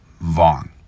Vaughn